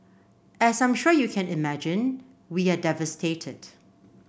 as I'm sure you can imagine we are devastated